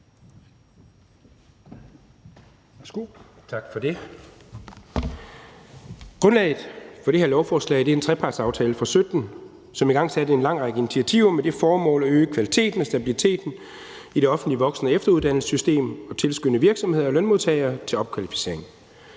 Grundlaget for det her lovforslag er en trepartsaftale fra 2017, som igangsatte en lang række initiativer med det formål at øge kvaliteten og stabiliteten i det offentlige voksen- og efteruddannelsessystem og tilskynde virksomheder og lønmodtagere til opkvalificering.